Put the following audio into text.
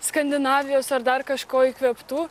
skandinavijos ar dar kažko įkvėptų